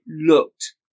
looked